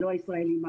לא הישראלים.